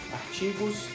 artigos